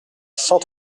cent